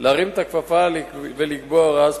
להרים את הכפפה ולקבוע הוראה ספציפית.